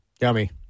Yummy